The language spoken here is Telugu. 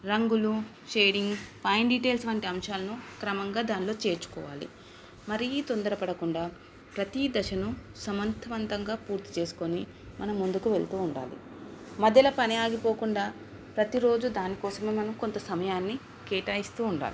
రంగులు షేడింగ్ పైన డీటెయిల్స్ వంటి అంశాలను క్రమంగా దానిలో చేర్చుకోవాలి మరీ తొందర పడకుండా ప్రతీ దశను సమర్థవంతంగా పూర్తి చేసుకొని మనం ముందుకు వెళ్తూ ఉండాలి మధ్యలో పని ఆగిపోకుండా ప్రతిరోజు దానికోసమే మనం కొంత సమయాన్ని కేటాయిస్తూ ఉండాలి